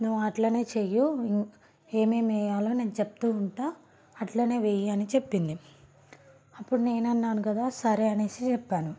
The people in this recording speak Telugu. నువ్వు అట్లనే చెయ్యి ఏమేమి వేయాలో నేను చెప్తు ఉంటాను అట్లనే వేయి అని చెప్పింది అప్పుడు నేను అన్నాను కదా సరే అని చెప్పాను